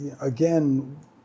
again